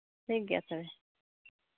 ᱴᱷᱤᱠ ᱜᱮᱭᱟ ᱛᱚᱵᱮ